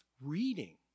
reading